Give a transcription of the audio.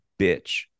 bitch